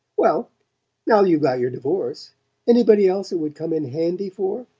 well now you've got your divorce anybody else it would come in handy for?